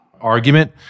argument